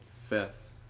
fifth